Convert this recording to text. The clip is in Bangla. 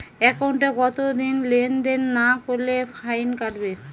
একাউন্টে কতদিন লেনদেন না করলে ফাইন কাটবে?